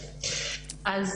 אז